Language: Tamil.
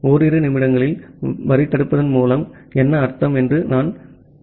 ஓரிரு நிமிடங்களில் வரித் தடுப்பதன் மூலம் என்ன அர்த்தம் என்று நான் வருவேன்